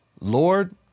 Lord